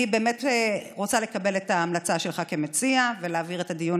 אני באמת רוצה לקבל את ההמלצה שלך כמציע ולהעביר את הדיון